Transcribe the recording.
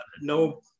no